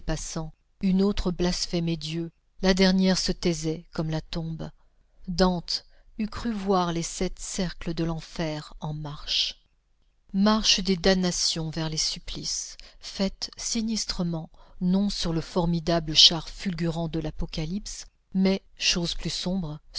une autre blasphémait dieu la dernière se taisait comme la tombe dante eût cru voir les sept cercles de l'enfer en marche marche des damnations vers les supplices faite sinistrement non sur le formidable char fulgurant de l'apocalypse mais chose plus sombre